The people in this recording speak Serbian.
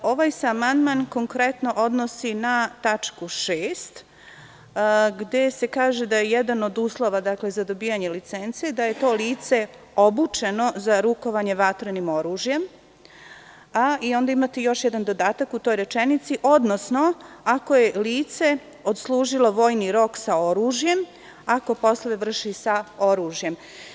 Ovaj se amandman konkretno odnosi na tačku 6. gde se kaže da je jedan od uslova za dobijanje licence da je to lice obučeno za rukovanje vatrenim oružjem i onda imate još jedan dodatak u toj rečenici – odnosno ako je lice odslužilo vojni rok sa oružjem, ako poslove vrši sa oružjem.